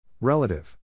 Relative